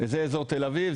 זה אזור תל אביב,